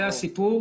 זה הסיפור